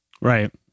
Right